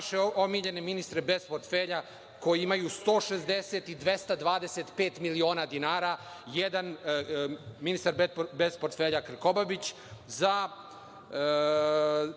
naše omiljene ministre bez portfelja koji imaju 160 i 225 miliona dinara. Jedan ministar bez portfelja, Krkobabić, za